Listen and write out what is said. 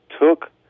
took